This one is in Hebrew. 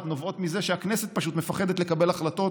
נובעות מזה שהכנסת מפחדת לקבל החלטות,